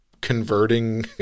converting